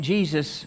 Jesus